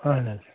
اَہَن حظ